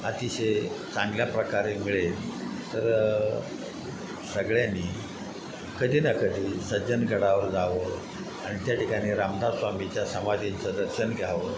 अतिशय चांगल्या प्रकारे मिळेल तर सगळ्यांनी कधी ना कधी सज्जनगडावर जावं आणि त्या ठिकाणी रामदास स्वामीच्या समाधीचं दर्शन घ्यावं